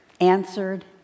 answered